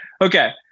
Okay